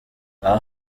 aha